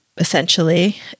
Essentially